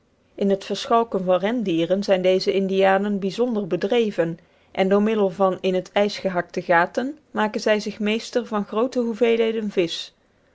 in het verschalken van rendieren zijn deze indianen bijzonder bedreven en door middel van in het ijs gehakte gaten maken zij zich meester van groote hoeveelheden visch